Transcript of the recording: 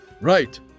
Right